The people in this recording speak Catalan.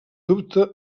dubte